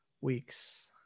weeks